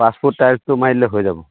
পাঁচ ফুট টাইলছটো মাৰি দিলেই হৈ যাব